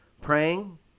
praying